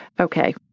Okay